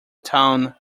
town